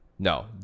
No